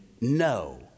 no